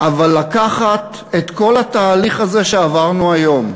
אבל לקחת את כל התהליך הזה, שעברנו היום,